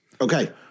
Okay